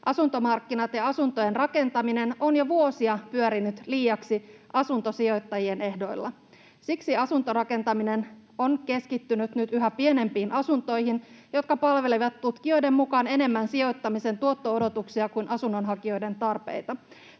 Asuntomarkkinat ja asuntojen rakentaminen ovat jo vuosia pyörineet liiaksi asuntosijoittajien ehdoilla. Siksi asuntorakentaminen on keskittynyt nyt yhä pienempiin asuntoihin, jotka palvelevat tutkijoiden mukaan enemmän sijoittamisen tuotto-odotuksia kuin asunnon hakijoiden tarpeita.